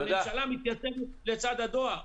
והממשלה מתייצבת לצד הדואר.